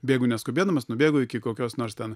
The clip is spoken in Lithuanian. bėgu neskubėdamas nubėgu iki kokios nors ten